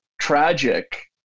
tragic